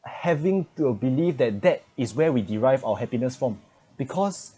having to a believe that that is where we derive our happiness from because